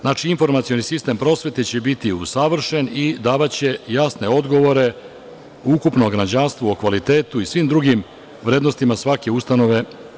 Znači, informacioni sistem prosvete će biti usavršen i davaće jasne odgovore ukupnom građanstvu o kvalitetu i svim drugim vrednostima svake ustanove.